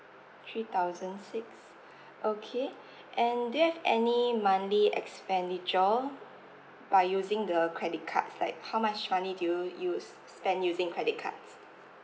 three thousand six okay and do you have any monthly expenditure by using the credit cards like how much money do you use spend using credit cards